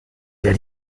der